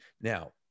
now